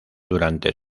durante